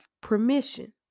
permission